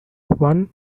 one